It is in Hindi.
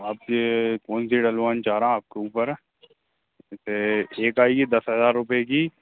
आप ये कौन सी डलवाने चाह रहे हैं आपके ऊपर है एक एक आएगी दस हज़ार रुपये की